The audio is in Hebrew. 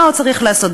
מה עוד צריך לעשות?